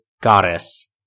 goddess